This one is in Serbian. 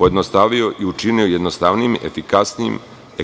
pojednostavio i učinio jednostavnijim, efikasnijim,